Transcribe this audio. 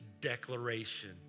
declaration